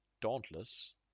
Dauntless